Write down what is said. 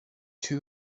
two